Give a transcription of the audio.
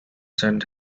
sent